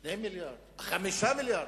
2 מיליארדים, 5 מיליארדים.